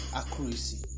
accuracy